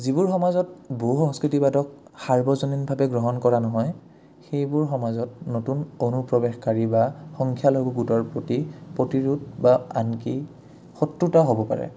যিবোৰ সমাজত বহু সংস্কৃতিবাদক সাৰ্ৱজনীনভাৱে গ্ৰহণ কৰা নহয় সেইবোৰ সমাজত নতুন অনুপ্ৰৱেশকাৰী বা সংখ্যালঘুগোটৰ প্ৰতি প্ৰতিৰাধ বা আনকি সত্ৰুতা হ'ব পাৰে